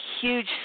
huge